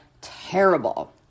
terrible